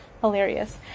hilarious